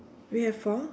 we have four